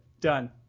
Done